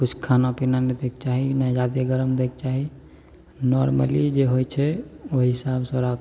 किछु खानापीना नहि दैके चाही नहि जादे गरम दैके चाही नॉरमली जे होइ छै ओहि हिसाबसे ओकरा